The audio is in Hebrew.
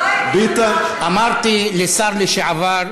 אמרתי לשר לשעבר,